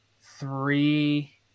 three